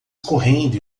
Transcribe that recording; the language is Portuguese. correndo